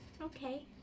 Okay